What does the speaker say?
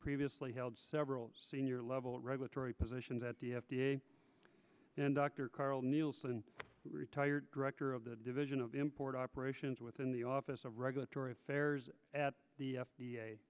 previously held several senior level regulatory positions at the f d a and dr karl nielsen retired director of the division of import operations within the office of regulatory affairs at the f